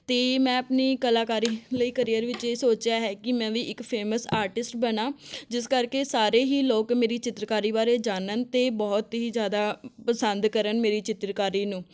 ਅਤੇ ਮੈਂ ਆਪਣੀ ਕਲਾਕਾਰੀ ਲਈ ਕਰੀਅਰ ਵਿੱਚ ਇਹ ਸੋਚਿਆ ਹੈ ਕਿ ਮੈਂ ਵੀ ਇੱਕ ਫੇਮਸ ਆਰਟਿਸਟ ਬਣਾਂ ਜਿਸ ਕਰਕੇ ਸਾਰੇ ਹੀ ਲੋਕ ਮੇਰੀ ਚਿੱਤਰਕਾਰੀ ਬਾਰੇ ਜਾਣਨ ਅਤੇ ਬਹੁਤ ਹੀ ਜ਼ਿਆਦਾ ਪਸੰਦ ਕਰਨ ਮੇਰੀ ਚਿੱਤਰਕਾਰੀ ਨੂੰ